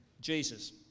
Jesus